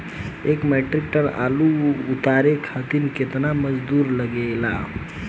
एक metric tonne आलू उतारे खातिर केतना मजदूरी लागेला?